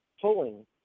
pulling